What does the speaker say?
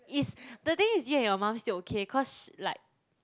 is the thing is you and your mum still okay cause like